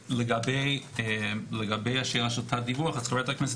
לגבי השאלה של תת דיווח: חברת הכנסת